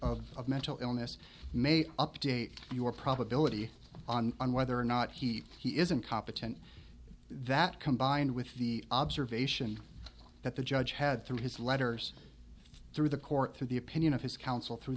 history of mental illness may update your probability on whether or not he he isn't competent that combined with the observation that the judge had through his letters through the court through the opinion of his counsel through